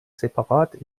separat